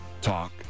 talk